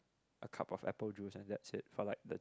a cup of apple juice and that's it for like the